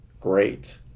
great